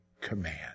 command